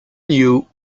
knew